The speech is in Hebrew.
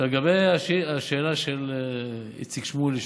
לגבי השאלה של איציק שמולי,